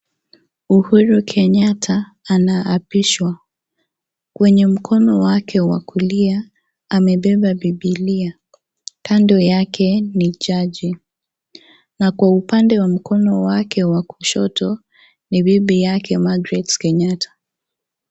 Uhuru kenyatta anaapishwa. Kwenye mkono wake wa kulia, amebeba bibilia. Kando yake ni jaji, na kwa upande wa mkono wake wa kushoto, ni bibi yake Margaret Kenyatta.